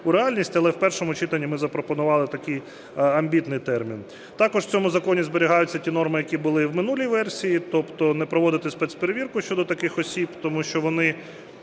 у реальність, але в першому читанні ми запропонували такий амбітний термін. Також в цьому законі зберігаються ті норми, які були в минулій версії, тобто не проводити спецперевірку щодо таких осіб, тому що вже